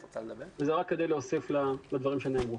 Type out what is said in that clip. זה רק כדי להוסיף לדברים שנאמרו.